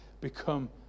become